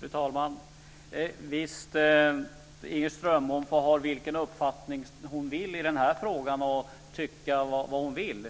Fru talman! Visst får Inger Strömbom ha vilken uppfattning hon vill i den här frågan och tycka vad hon vill.